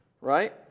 right